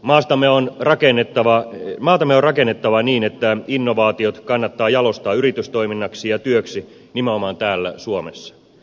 maatamme on rakennettava niin että innovaatiot kannattaa jalostaa yritystoiminnaksi ja työksi nimenomaan täällä suomessa